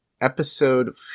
Episode